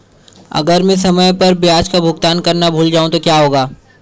अगर मैं समय पर ब्याज का भुगतान करना भूल जाऊं तो क्या होगा?